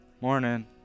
morning